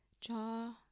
jaw